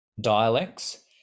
dialects